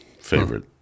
favorite